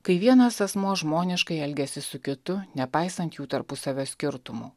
kai vienas asmuo žmoniškai elgiasi su kitu nepaisant jų tarpusavio skirtumų